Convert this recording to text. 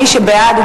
מי שבעד,